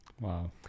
Wow